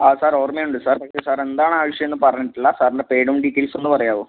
ആ സാർ ഓർമ്മ ഉണ്ട് സാർ പറയൂ സാർ എന്താണ് ആവശ്യമെന്ന് പറഞ്ഞിട്ട് ഇല്ല സാറിൻ്റെ പേരും ഡീറ്റെയിൽസ് ഒന്ന് പറയാവോ